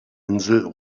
insel